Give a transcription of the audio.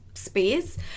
space